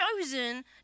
chosen